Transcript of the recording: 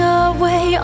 away